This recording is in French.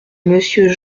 monsieur